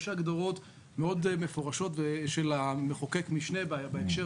יש הגדרות מאוד מפורשות של המחוקק משנה בהקשר